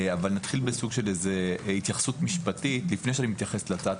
נתחיל בסוג של התייחסות משפטית לפני שאני מתייחס להצעת